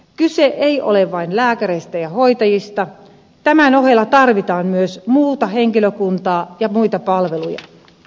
kyse ei ole vain lääkäreistä ja hoitajista tämän ohella tarvitaan myös muuta henkilökuntaa ja muita palveluja